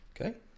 Okay